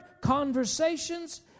conversations